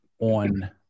on